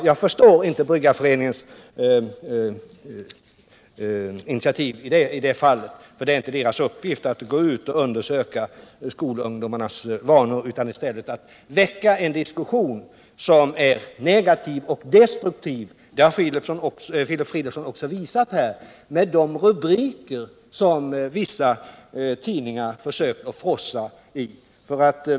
Jag förstår inte Bryggareföreningens initiativ i det fallet, för det är inte dess uppgift att gå ut och undersöka skolungdomars vanor och inte heller att väcka en diskussion som är negativ och destruktiv. Att diskussionen är negativ och destruktiv har Filip Fridolfsson också visat här med de rubriker som vissa tidningar försöker frossa i.